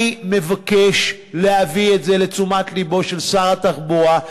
אני מבקש להביא את זה לתשומת לבו של שר התחבורה.